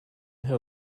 her